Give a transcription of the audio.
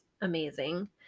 amazing